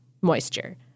moisture